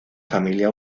familia